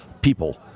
People